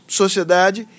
sociedade